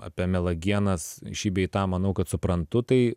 apie melagienas šį bei tą manau kad suprantu tai